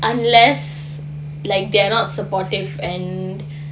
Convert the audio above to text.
unless like they are not supportive and